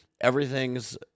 everything's